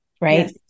right